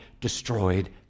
destroyed